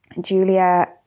Julia